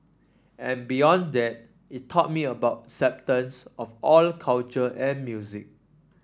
and beyond that it taught me about acceptance of all cultures and music